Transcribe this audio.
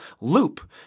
loop